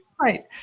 Right